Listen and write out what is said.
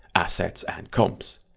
assets and comps.